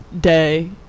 day